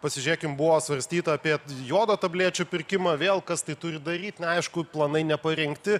pasižiūrėkim buvo svarstyta apie jodo tablečių pirkimą vėl kas tai turi daryt na aišku planai neparengti